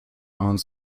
owns